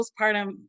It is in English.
postpartum